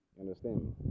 Understand